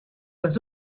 dels